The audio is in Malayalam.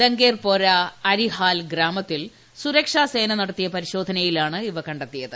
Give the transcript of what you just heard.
ദംങ്കേർപോര അരിഹാൽ ഗ്രാമത്തിൽ സുരക്ഷാസേന നടത്തിയ പരിശോധനയിലാണ് ഇവ കണ്ടത്തിയത്